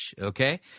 okay